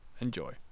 Enjoy